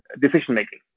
decision-making